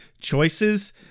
Choices